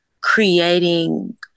creating